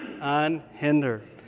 unhindered